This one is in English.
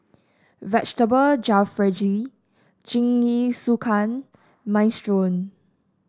Vegetable Jalfrezi Jingisukan Minestrone